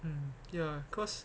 um ya because